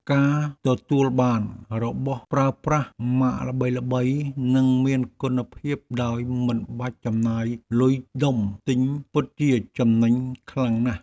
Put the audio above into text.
ការទទួលបានរបស់ប្រើប្រាស់ម៉ាកល្បីៗនិងមានគុណភាពដោយមិនបាច់ចំណាយលុយដុំទិញ ពិតជាចំណេញខ្លាំងណាស់។